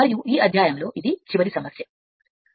మరియు ఈ అధ్యాయం కోసం ఈ చివరి సమస్యకు ఇది చివరి సమస్య